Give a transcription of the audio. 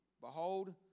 Behold